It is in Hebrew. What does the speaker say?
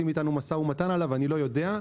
אני לא יודע.